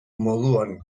moduan